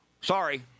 sorry